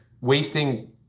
wasting